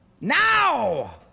Now